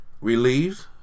relieved